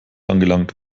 angelangt